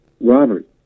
Robert